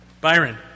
Byron